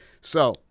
So-